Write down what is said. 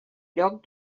lloc